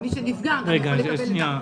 מי שנפגע יכול לקבל פיצוי.